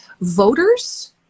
voters